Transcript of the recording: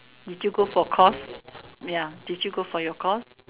did you go for course ya did you go for your course